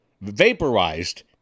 vaporized